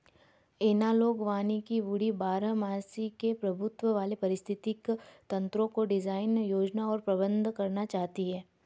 analogue वानिकी woody बारहमासी के प्रभुत्व वाले पारिस्थितिक तंत्रको डिजाइन, योजना और प्रबंधन करना चाहती है